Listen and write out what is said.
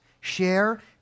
Share